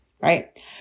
right